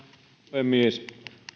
puhemies